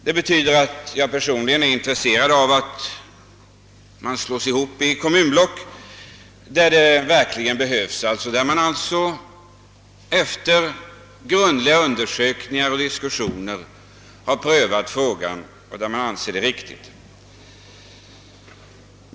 Det betyder att jag personligen är intresserad av sammanslagning i kommunblock där det verkligen behövs, där man alltså efter grundliga undersökningar och diskussioner har prövat frågan och där man anser en sammanslagning vara riktig.